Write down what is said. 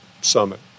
Summit